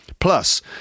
Plus